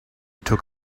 took